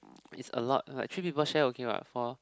it's a lot like three people share okay lah for